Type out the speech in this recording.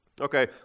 Okay